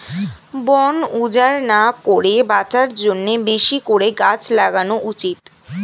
বন উজাড় না করে বাঁচার জন্যে বেশি করে গাছ লাগানো উচিত